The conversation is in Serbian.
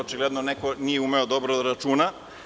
Očigledno neko nije umeo dobro da računa.